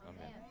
Amen